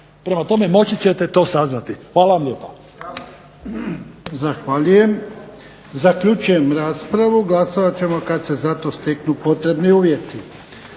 prema tome moći ćete to saznati. Hvala vam lijepa.